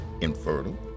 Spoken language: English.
infertile